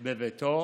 בביתו